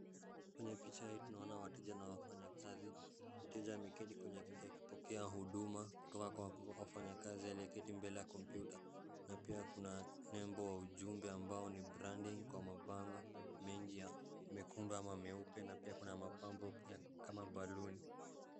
Kwenye picha hii tunaona wateja na wafanyakazi. Mteja ameketi kwenye kiti akipokea huduma kutoka kwa wafanyakazi aliyeketi mbele yaka kompyuta na pia kuna nembo ya ujumbe ambayo ni branding kwa mabango mengi ya mekundu ama meupe na pia kuna mapambo ya kama baluni.